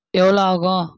எவ்வளோ ஆகும்